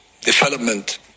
development